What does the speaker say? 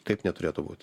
taip neturėtų būt